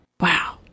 wow